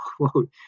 quote